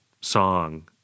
song